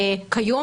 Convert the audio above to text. כיום,